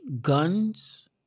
guns